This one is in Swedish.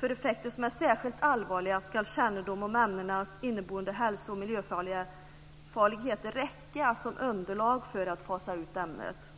för effekter som är särskilt allvarliga ska kännedom om ämnenas inneboende hälso och miljöfarlighet räcka som underlag för att fasa ut ämnet.